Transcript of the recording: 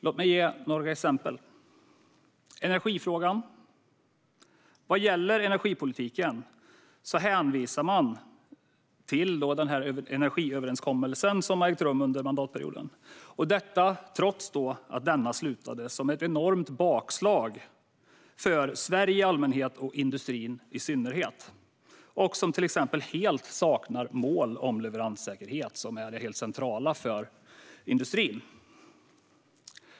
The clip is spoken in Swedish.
Låt mig ge några exempel: Energifrågan: Vad gäller energipolitiken hänvisar man till den energiöverenskommelse som ägt rum under mandatperioden, detta trots att denna slutade i ett enormt bakslag för Sverige i allmänhet och industrin i synnerhet och till exempel helt saknar mål om leveranssäkerhet, vilket är helt centralt för industrin.